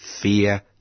fear